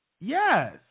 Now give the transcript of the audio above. Yes